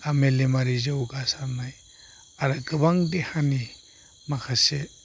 मेलेमारि जौगासारनाय आरो गोबां देहानि माखासे